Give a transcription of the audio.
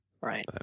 Right